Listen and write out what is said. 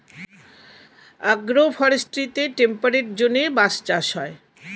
agro ফরেস্ট্রিতে temperate জোনে বাঁশ চাষ হয়